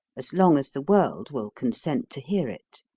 as long as the world will consent to hear it.